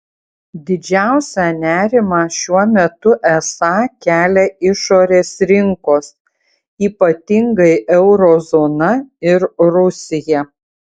didžiausią nerimą šiuo metu esą kelia išorės rinkos ypatingai euro zona ir rusija